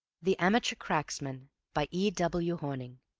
the amateur cracksman by e. w. hornung